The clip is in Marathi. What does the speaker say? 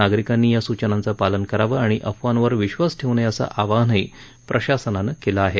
नागरिकांनी या सूचनांचं पालन करावं आणि अफवांवर विश्वास ठेव् नये असं आवाहनही प्रशासनानं केलं आहे